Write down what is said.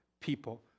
people